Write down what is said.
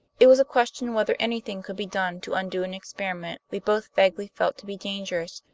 it was a question whether anything could be done to undo an experiment we both vaguely felt to be dangerous,